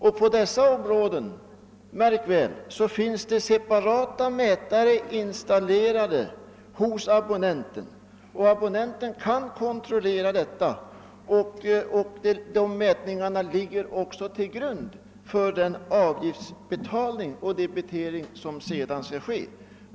På alla dessa områden finns det separata mätare installerade hos abonnenterna. Abonnenterna kan alltså kontrollera förbrukningen, och dessa mätningar ligger till grund för den debitering och avgiftsbetalning som sedan skall ske.